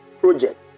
project